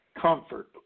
comfort